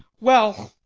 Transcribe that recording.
well,